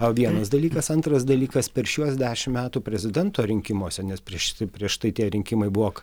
a vienas dalykas antras dalykas per šiuos dešimt metų prezidento rinkimuose nes prieš tai prieš tai tie rinkimai buvo